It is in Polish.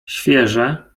świeże